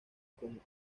con